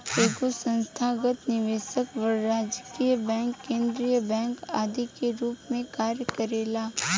एगो संस्थागत निवेशक वाणिज्यिक बैंक केंद्रीय बैंक आदि के रूप में कार्य करेला